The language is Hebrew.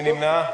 מי נמנע?